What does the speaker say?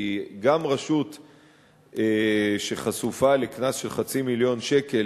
כי גם רשות שחשופה לקנס של חצי מיליון שקל,